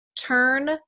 turn